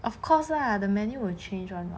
of course lah the menu will change [one] [what]